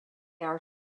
are